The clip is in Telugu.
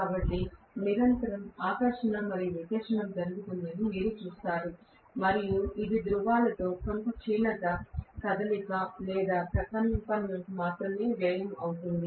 కాబట్టి నిరంతరం ఆకర్షణ మరియు వికర్షణ జరుగుతుందని మీరు చూస్తారు మరియు ఇది ధ్రువాలలో కొంత క్షీణత కదలిక లేదా ప్రకంపనలకు మాత్రమే వ్యయం అవుతుంది